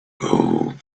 gold